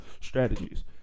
Strategies